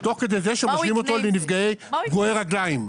תוך כדי זה שמשווים אותו לפגועי רגליים.